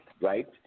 right